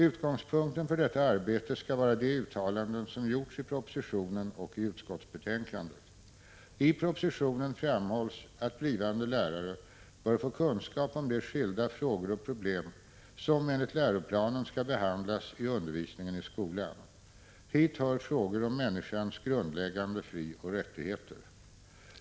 Utgångspunkten för detta arbete skall vara de uttalanden som gjorts i propositionen och i utskottsbetänkandet. I propositionen framhålls att blivande lärare bör få kunskap om de skilda ämnen som enligt läroplanen skall behandlas i undervisningen i skolan. Hit hör frågor om människans grundläggande frioch rättigheter.